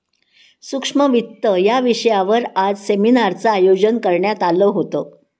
सूक्ष्म वित्त या विषयावर आज सेमिनारचं आयोजन करण्यात आलं होतं